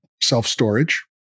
self-storage